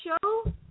show